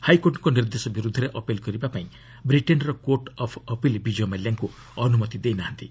ହାଇକୋର୍ଟଙ୍କ ନିର୍ଦ୍ଦେଶ ବିରୁଦ୍ଧରେ ଅପିଲ୍ କରିବାପାଇଁ ବ୍ରିଟେନ୍ର କୋର୍ଟ ଅଫ୍ ଅପିଲ୍ ବିଜୟ ମାଲ୍ୟାଙ୍କୁ ଅନୁମତି ଦେଇ ନାହାନ୍ତି